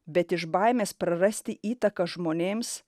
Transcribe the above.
bet iš baimės prarasti įtaką žmonėms